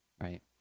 right